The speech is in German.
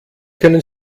können